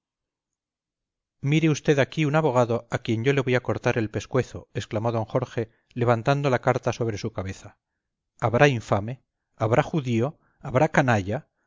mire usted aquí un abogado a quien yo le voy a cortar el pescuezo exclamó d jorge levantando la carta sobre su cabeza habrá infame habrá judío habrá canalla